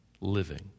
living